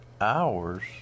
hours